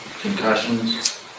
concussions